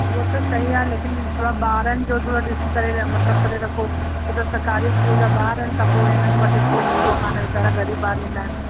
उप त सही आहे लेकिन थोरा ॿारनि जो थोरा ॾिसी करे मतिलबु करे रखो छो त सरकारी स्कूल जा ॿार आहिनि त पोइ हिननि वटि हेतिरो हूंदो कोन्हे वेचारा ग़रीब ॿार ईंदा आहिनि